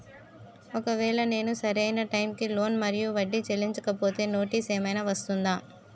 ఒకవేళ నేను సరి అయినా టైం కి లోన్ మరియు వడ్డీ చెల్లించకపోతే నోటీసు ఏమైనా వస్తుందా?